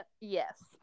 Yes